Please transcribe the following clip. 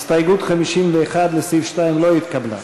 הסתייגות 51 לסעיף 2 לא התקבלה.